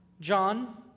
John